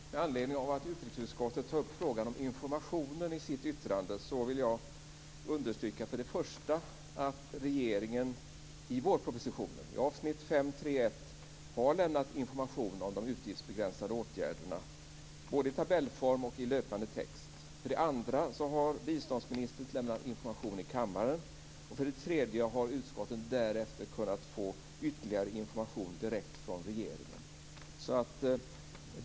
Fru talman! Med anledning av att utrikesutskottet tar upp frågan om informationen i sitt yttrande vill jag för det första understryka att regeringen i vårpropositionen, i avsnitt 531, har lämnat information om de utgiftsbegränsande åtgärderna både i tabellform och i löpande text. För det andra har biståndsministern lämnat information i kammaren. För det tredje har utskotten därefter kunnat få ytterligare information direkt från regeringen.